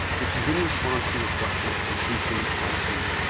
this is in response to a question i received from an ag student.